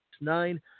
nine